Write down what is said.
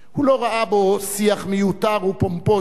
הוא לא ראה בכך שיח מיותר ופומפוזי,